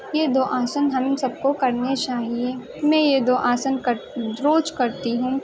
یہ دو آسن ہم سب کو کرنے چاہیے میں یہ دو آسن روز کرتی ہوں